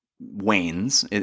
wanes